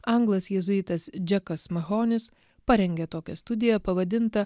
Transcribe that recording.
anglas jėzuitas džekas mahonis parengė tokią studiją pavadintą